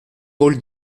paul